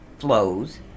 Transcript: flows